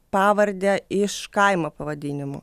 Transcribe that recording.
pavardę iš kaimo pavadinimo